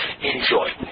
Enjoy